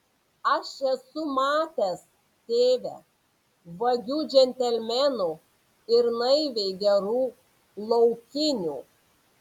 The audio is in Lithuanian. aš esu matęs tėve vagių džentelmenų ir naiviai gerų laukinių